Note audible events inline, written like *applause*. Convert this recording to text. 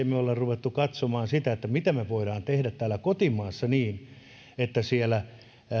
*unintelligible* me ole ruvenneet katsomaan mitä me voimme tehdä täällä kotimaassa niin että siellä